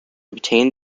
obtained